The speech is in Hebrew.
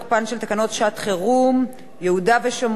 של תקנות שעת-חירום (יהודה והשומרון,